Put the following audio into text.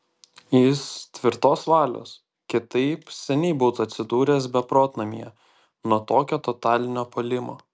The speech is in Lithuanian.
jis tvirtos valios kitaip seniai būtų atsidūręs beprotnamyje nuo tokio totalinio puolimo